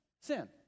sin